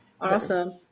Awesome